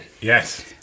Yes